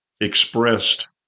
expressed